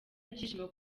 ibyishimo